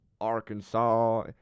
Arkansas